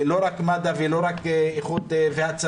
לא רק מד"א ולא רק איחוד והצלה.